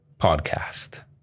podcast